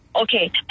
Okay